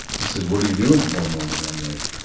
he says, what are you doing tomorrow morning? i'm like,